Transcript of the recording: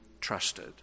trusted